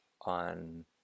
on